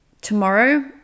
Tomorrow